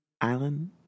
Island